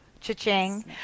Cha-ching